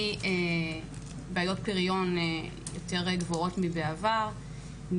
מבעיות פריון יותר גבוהות מאשר בעבר,